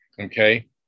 okay